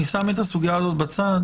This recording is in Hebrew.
אני שם את הסוגיה הזאת בצד.